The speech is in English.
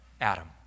Adam